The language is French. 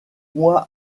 mois